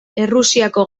errusiako